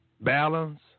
balance